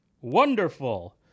wonderful